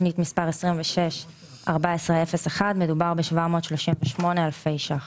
תוכנית 261401, מדובר ב-738 אלפי ₪.